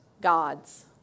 gods